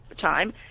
time